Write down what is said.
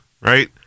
right